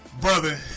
brother